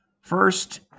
First